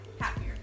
Happier